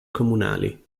comunali